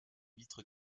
vitre